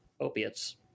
opiates